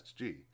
SG